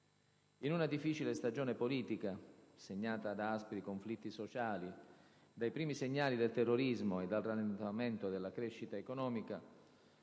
In una difficile stagione politica, segnata da aspri conflitti sociali, dai primi segnali del terrorismo e dal rallentamento della crescita economica,